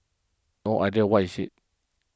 no idea what is it